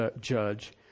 judge